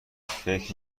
فکر